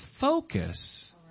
focus